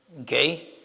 Okay